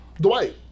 Dwight